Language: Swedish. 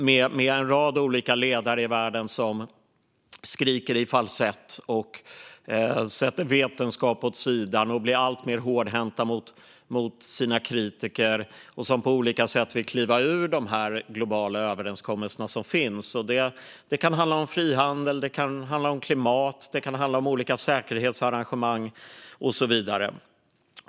Det är en rad olika ledare i världen som skriker i falsett, sätter vetenskap åt sidan och blir alltmer hårdhänta gentemot sina kritiker. De vill på olika sätt kliva ur de globala överenskommelser som finns. Det kan handla om frihandel, klimat, olika säkerhetsarrangemang och så vidare.